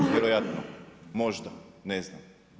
Vjerojatno, možda, ne znam.